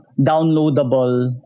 downloadable